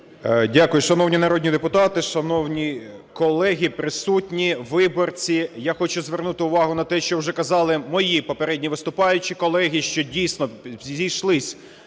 Дякую. Шановні народні депутати, шановні колеги, присутні, виборці! Я хочу звернути увагу на те, що вже казали мої попередні виступаючі колеги, що, дійсно, зійшлись